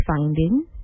finding